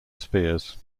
spears